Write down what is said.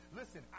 listen